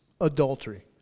Adultery